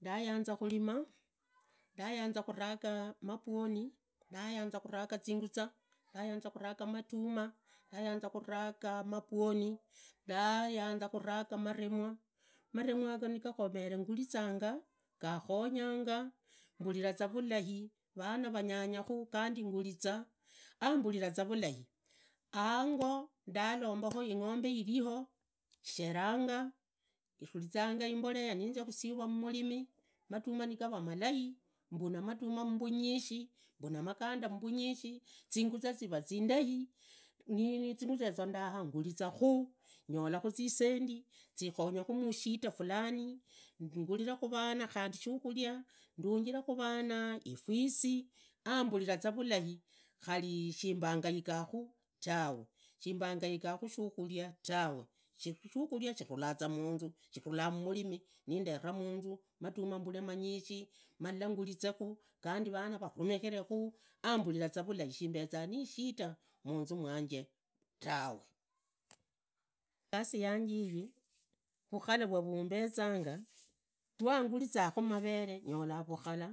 Ndayanza khulima ndayanza khurago mabwoni indayanza khuraga zinguzua ndayanza khuraga matumaa, ndayanza khuraga mabwoni, khuraga maremwa, maremwa yaga nigakhomere ngurizenya gakhonyanga mbuvivaza vulai, vana vanyangakhu gandi ngurizaa hamburiraza vulai, ango ndalomba ingombe iliho, sherenga ivuriza imbolee ninzia khusuvu mumurimi, matamaa nigurua malai, mbuna madumaa mbunyishi, mbuna magando mbunyishi zinguzaa zivaa zindai, niizinguza yezo ndaha ngurizakhu nyolakhu zisendi zikhonyakhu mushida fulani ngurirekhu vane khandi shikhuria, ndunjirekhu vana ifisi hamberiraze vulai khari vulai shimbangaika khu tawe, shimbangaika shikharia tawe, shikhuria shirula za munzu, shirulaza mumurimi ninderaa munzu matuma bane manyishi, matuma ngurizekhu gandi vana vavumikhirekhu hamburi za vulai shimbeza nishinda munzu mwanje tawe igasi yanje iyi vukhata vumambezanga, rwangurizakhu mavere nyola vakhola